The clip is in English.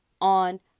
on